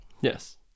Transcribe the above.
Yes